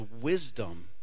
wisdom